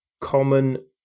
common